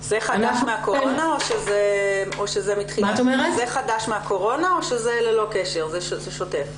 זה חדש מהקורונה או שזה ללא קשר, שוטף?